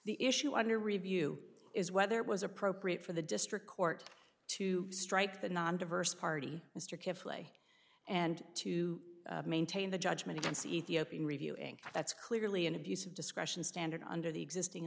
the issue under review is whether it was appropriate for the district court to strike the non diverse party mr carefully and to maintain the judgment against the ethiopian reviewing that's clearly an abuse of discretion standard under the existing